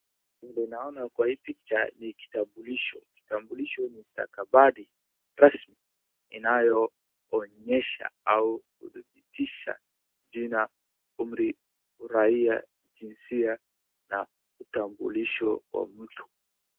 Vile naona kwa hii picha ni kitambulisho. Kitambulisho ni stakabadhi rasmi inayoonyesha au kudhibitisha jina, umri, uraia, jinsia na kitambulisho kwa mtu.